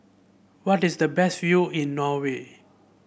where is the best view in Norway